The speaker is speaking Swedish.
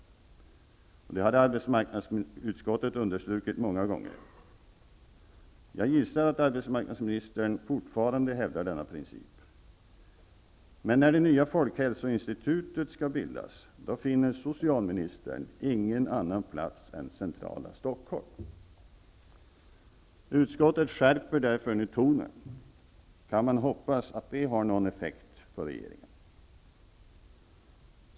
Det har arbetsmarknadsutskottet understrukit många gånger. Och jag gissar att arbetsmarknadsministern fortfarande hävdar denna princip. Men när det nya folkhälsoinstitutet skall bildas, då finner socialministern ingen annan plats än centrala Stockholm. Därför skärper utskottet nu tonen. Kan man hoppas att det har någon effekt på regeringen?